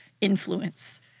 influence